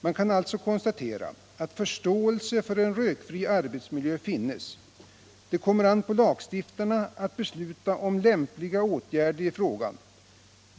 Man kan alltså konstatera att förståelsen för en rökfri arbetsmiljö finns. Det kommer an på lagstiftarna att besluta om lämpliga åtgärder i frågan.